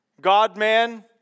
God-man